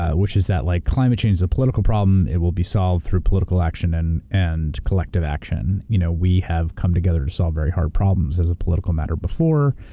ah which is that like climate climate change is a political problem. it will be solved through political action and and collective action. you know we have come together to solve very hard problems as a political matter before.